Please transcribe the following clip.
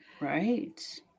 Right